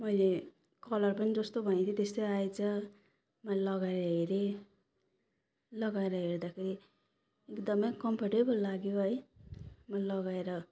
मैले कलर पनि जस्तो भनेको थिएँ त्यस्तै आएछ मैले लगाएर हेरेँ लगाएर हेर्दाखेरि एकदम कम्फर्टेबल लाग्यो है मैले लगाएर